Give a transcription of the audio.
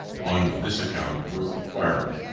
on this account, worth acquiring.